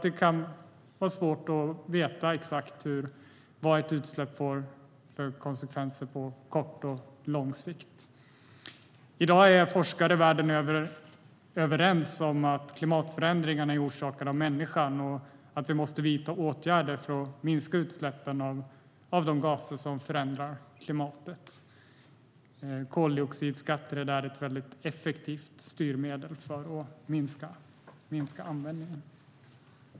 Det kan vara svårt att veta exakt vad ett utsläpp får för konsekvenser på kort och lång sikt. I dag är forskare världen över överens om att klimatförändringarna är orsakade av människan och att vi måste vidta åtgärder för att minska utsläppen av de gaser som förändrar klimatet. Koldioxidskatter är där ett väldigt effektivt styrmedel för att minska användningen.